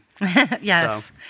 Yes